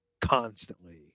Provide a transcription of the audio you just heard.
constantly